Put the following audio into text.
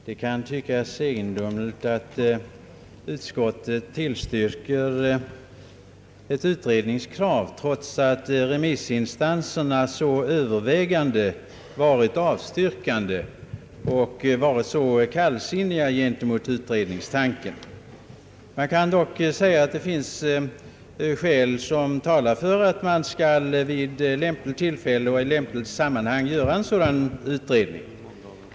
Herr talman! Det kan anses egendomiligt att utskottet tillstyrker ett utredningskrav trots att remissinstanserna till övervägande del avstyrkt och varit kallsinniga mot utredningstanken. Det finns dock skäl som talar för att man vid lämpligt tillfälle och i lämpligt sammanhang bör göra en sådan utredning.